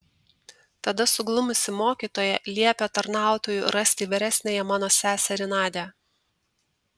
tada suglumusi mokytoja liepė tarnautojui rasti vyresniąją mano seserį nadią